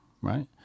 right